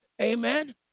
Amen